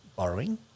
Borrowing